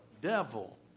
devil